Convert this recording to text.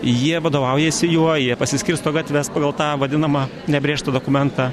jie vadovaujasi juo jie pasiskirsto gatves pagal tą vadinamą nebrėžtą dokumentą